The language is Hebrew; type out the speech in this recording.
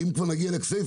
כי אם כבר נגיע לכסייפה,